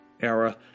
era